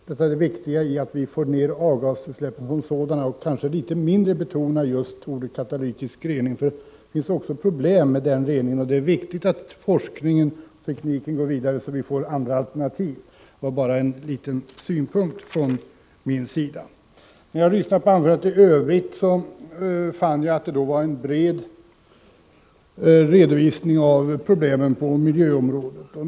Det viktiga är att få ner avgasutsläppen som sådana, och då skall man kanske litet mindre betona just uttrycket katalytisk rening. Det finns också problem med den reningen, och det är viktigt att forskningen och tekniken går vidare, så att vi får andra alternativ. Detta var bara en liten synpunkt från min sida. Av anförandet i övrigt fann jag att det var en bred redovisning av problemen på miljöområdet.